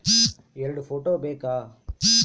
ಎರಡು ಫೋಟೋ ಬೇಕಾ?